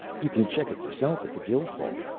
you can check it yourself at the guild hall.